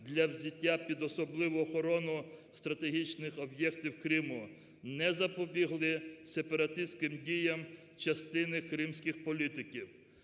для взяття під особливу охорону стратегічних об'єктів Криму, не запобігли сепаратиським діям частини кримських політиків.